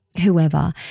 whoever